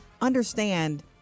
understand